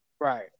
Right